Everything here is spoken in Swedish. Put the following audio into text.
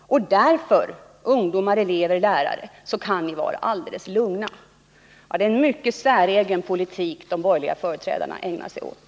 Ni kan därför, säger man till ungdomar, elever och lärare, vara alldeles lugna. Det är en mycket säregen politik som de borgerliga företrädarna ägnar sig åt!